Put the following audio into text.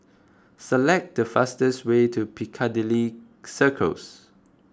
select the fastest way to Piccadilly Circus